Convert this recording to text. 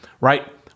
right